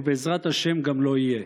ובעזרת השם גם לא יהיה.